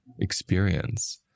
experience